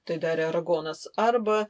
tai darė aragonas arba